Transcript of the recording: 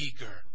eager